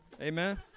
amen